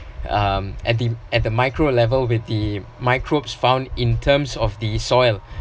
um at the at the micro level with the microbes found in terms of the soil